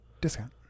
Discount